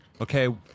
Okay